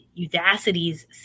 Udacity's